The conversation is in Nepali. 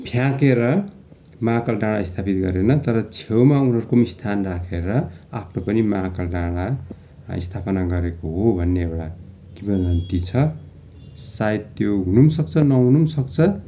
फ्याँकेर महाकाल डाँडा स्थापित गरेन तर छेउमा उनीहरूको स्थान राखेर आफ्नो पनि महाकाल डाँडा स्थापना गरेको हो भन्ने एउटा किंवदन्दी छ सायद त्यो हुनु सक्छ नहुनु सक्छ